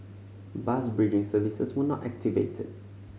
bus bridging services were not activated